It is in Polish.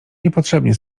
niepotrzebnie